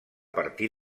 partir